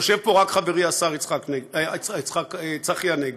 יושב פה רק חברי השר צחי הנגבי.